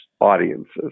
audiences